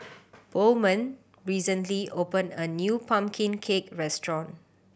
Bowman recently opened a new pumpkin cake restaurant